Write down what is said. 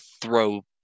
throw